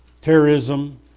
terrorism